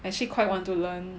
I actually quite want to learn